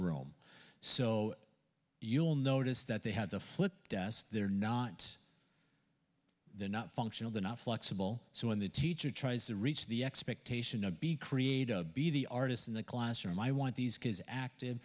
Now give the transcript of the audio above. room so you'll notice that they had the flip desks they're not they're not functional they're not flexible so when the teacher tries to reach the expectation to be created be the artist in the classroom i want these kids active